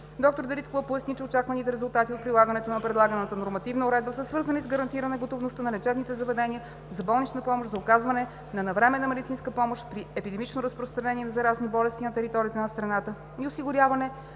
Доктор Дариткова поясни, че очакваните резултати от прилагането на предлаганата нормативна уредба са свързани с гарантиране готовността на лечебните заведения за болнична помощ за оказване на навременна медицинска помощ при епидемично разпространение на заразни болести на територията на страната и осигуряване